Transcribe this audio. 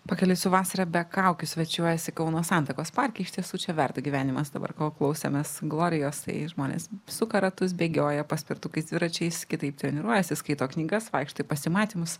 pakeliui su vasara be kaukių svečiuojasi kauno santakos parke iš tiesų čia verda gyvenimas dabar ko klausemės glorijos tai žmonės suka ratus bėgioja paspirtukais dviračiais kitaip treniruojasi skaito knygas vaikšto į pasimatymus